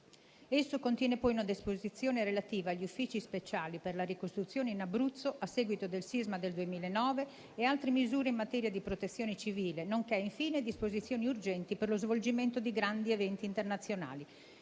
Esso contiene poi una disposizione relativa agli uffici speciali per la ricostruzione in Abruzzo a seguito del sisma del 2009 e altre misure in materia di protezione civile, nonché infine disposizioni urgenti per lo svolgimento di grandi eventi internazionali.